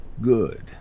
Good